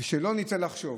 ושלא נטעה לחשוב,